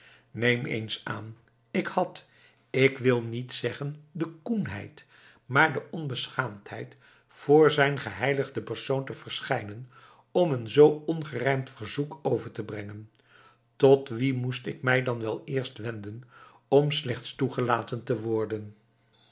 neem eens aan ik had ik wil niet zeggen de koenheid maar de onbeschaamdheid voor zijn geheiligden persoon te verschijnen om een zoo ongerijmd verzoek over te brengen tot wien moest ik mij dan wel eerst wenden om slechts toegelaten te worden